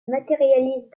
matérialise